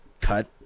cut